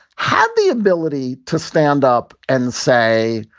had the ability to stand up and say,